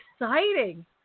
exciting